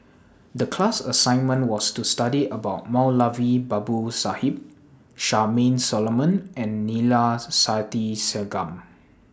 The class assignment was to study about Moulavi Babu Sahib Charmaine Solomon and Neila Sathyalingam